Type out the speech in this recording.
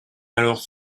alors